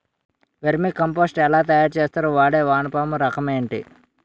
Vermi compost ఎలా తయారు చేస్తారు? వాడే వానపము రకం ఏంటి?